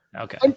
Okay